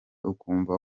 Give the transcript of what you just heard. ukumva